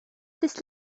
this